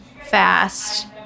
fast